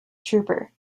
trooper